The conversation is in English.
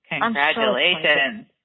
Congratulations